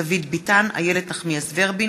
דוד ביטן ואיילת נחמיאס ורבין